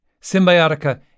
Symbiotica